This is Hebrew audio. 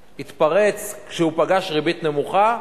התפרץ כשהוא פגש ריבית נמוכה,